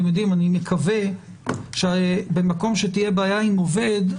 אני מקווה שבמקום שתהיה בעיה עם עובד,